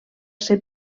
ser